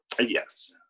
yes